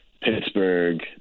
Pittsburgh